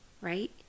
right